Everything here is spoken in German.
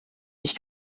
ich